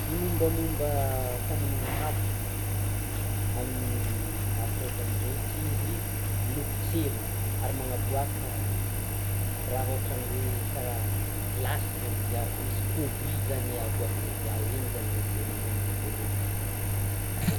Ny mombamomba famonoana afo amin'ny afo efa mirehitra izy no potserina, ary manaboaka raha ohatra ny hoe kara glace zany izy ao, misy produit zany aboakany avy ao, iny zany amle mamono anle motro.